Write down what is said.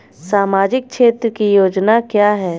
सामाजिक क्षेत्र की योजना क्या है?